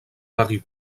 varie